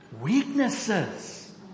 Weaknesses